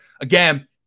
Again